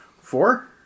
Four